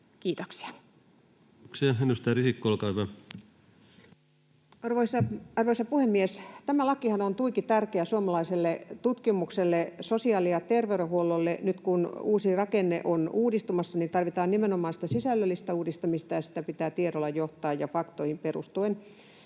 Kiitoksia. — Edustaja Risikko, olkaa hyvä. Arvoisa puhemies! Tämä lakihan on tuiki tärkeä suomalaiselle tutkimukselle. Sosiaali- ja terveydenhuollolle, nyt kun uusi rakenne on uudistumassa, tarvitaan nimenomaan sitä sisällöllistä uudistamista, ja sitä pitää tiedolla johtaa ja faktoihin perustuen.